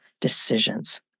decisions